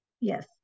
Yes